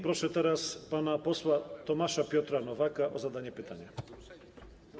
Proszę teraz pana posła Tomasza Piotra Nowaka o zadanie pytania.